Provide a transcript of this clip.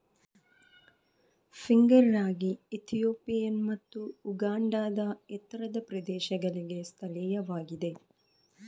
finger ರಾಗಿ Ethiopian ಮತ್ತು ಉಗಾಂಡಾದ ಎತ್ತರದ ಪ್ರದೇಶಗಳಿಗೆ ಸ್ಥಳೀಯವಾಗಿದೆ